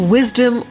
Wisdom